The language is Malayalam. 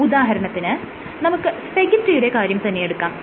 ഉദാഹരണത്തിന് നമുക്ക് സ്പാഗെറ്റിയുടെ കാര്യം തന്നെയെടുക്കാം